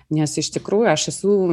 nes iš tikrųjų aš esu